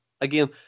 again